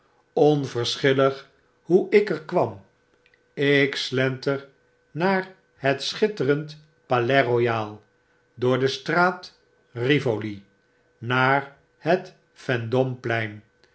onverschillig hoe ik er kwam ik slenter naar het schitterend palais boyal door de straat bivoli naar het vendome plein